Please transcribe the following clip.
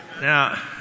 Now